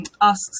asks